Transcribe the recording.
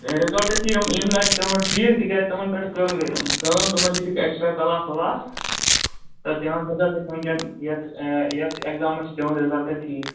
result چھِ یِم ییٚمہِ لَٹہِ تِہُنٛد ٹھیٖک تِکیٛازِ تِمن پٮ۪ٹھ کٔرٕکھ کٲم تِمن دِتِکھ اٮ۪کٕسٹرا کٕلاس وٕلاس تہٕ تِہُنٛد رِزلٹہٕ چھُ وُنکٮ۪ن یَتھ یَتھ اٮ۪کزامس چھُ تِہُنٛد رِزلٹہٕ ٹھیٖک